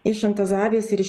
iš antazavės ir iš